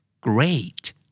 Great